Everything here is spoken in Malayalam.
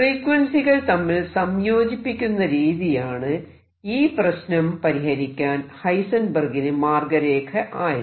ഫ്രീക്വൻസികൾ തമ്മിൽ സംയോജിപ്പിക്കുന്ന രീതിയാണ് ഈ പ്രശ്നം പരിഹരിക്കാൻ ഹൈസെൻബെർഗിന് മാർഗരേഖ ആയത്